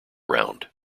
round